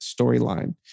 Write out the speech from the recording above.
storyline